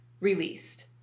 released